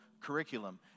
curriculum